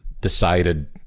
decided